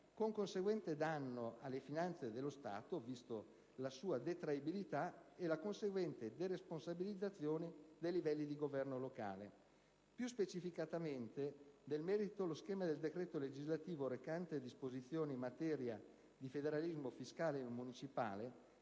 con conseguente danno alle finanze dello Stato, vista la sua detraibilità, e la conseguente deresponsabilizzazione dei livelli di governo locale. Più specificatamente, nel merito, lo schema del decreto legislativo recante disposizioni in materia di federalismo fiscale e municipale